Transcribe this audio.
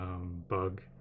bug